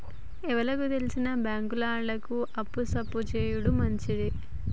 ఎవలకు తెల్సిన బాంకుల ఆళ్లు అప్పు సప్పు జేసుడు మంచిది